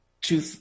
Two